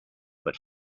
but